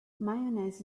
mayonnaise